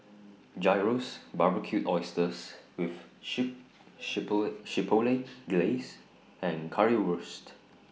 Gyros Barbecued Oysters with sheep Glaze and Currywurst